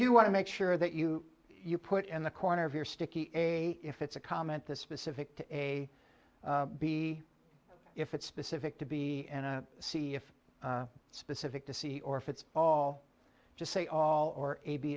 do want to make sure that you you put in the corner of your sticky a if it's a comment the specific to a b if it's specific to be and see if it's specific to see or if it's all just say all or a b